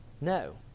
No